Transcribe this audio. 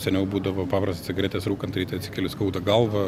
seniau būdavo paprastas cigaretes rūkant ryte atsikeli skauda galvą